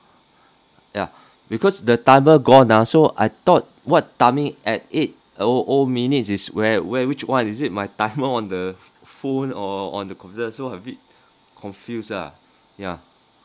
ya because the timer gone ah so I thought what timing at eight o o minute is where whe~ which is it my timer on the phone or on the computer so a bit confuse lah yeah